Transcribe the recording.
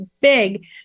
big